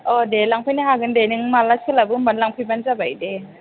अ' दे लांफैनो हागोन दे नों माब्ला सोलाबो होनबानो लांफैबानो जाबाय दे